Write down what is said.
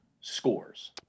scores